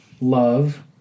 love